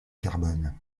carbone